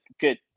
Good